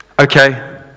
Okay